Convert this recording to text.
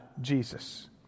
Jesus